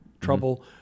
trouble